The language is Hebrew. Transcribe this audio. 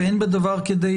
ואין בדבר כדי